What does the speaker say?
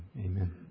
Amen